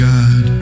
God